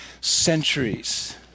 centuries